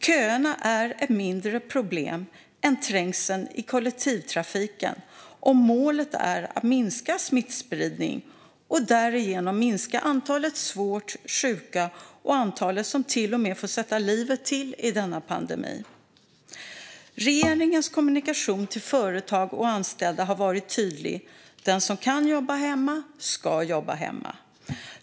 Köerna är ett mindre problem än trängseln i kollektivtrafiken om målet är att minska smittspridning och därigenom minska antalet svårt sjuka och antalet som till och med får sätta livet till i denna pandemi. Regeringens kommunikation till företag och anställda har varit tydlig: Den som kan jobba hemma ska jobba hemma.